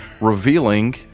revealing